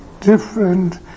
different